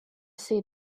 see